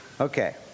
Okay